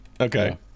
okay